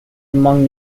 among